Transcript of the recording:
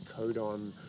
codon